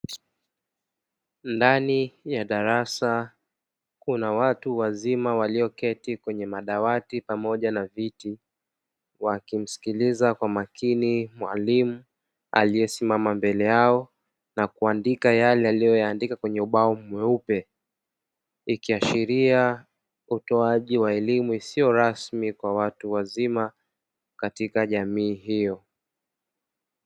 Ndani ya darasa kuna watu wazima walioketi kwenye madawati pamoja na viti; wakimsikiliza kwa makini mwalimu aliyesimama mbele yao na kuandika yale aliyoyaandika kwenye ubao mweupe, ikiashiria utoaji wa elimu isiyo rasmi kwa watu wazima katika jamii hiyo.